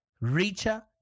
richer